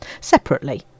Separately